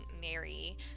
Mary